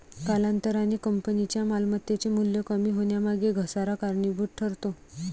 कालांतराने कंपनीच्या मालमत्तेचे मूल्य कमी होण्यामागे घसारा कारणीभूत ठरतो